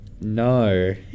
No